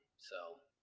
so.